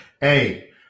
Hey